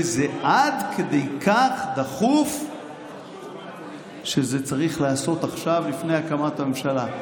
--- וזה עד כדי כך דחוף שזה צריך להיעשות עכשיו לפני הקמת הממשלה.